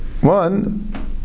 One